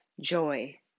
Joy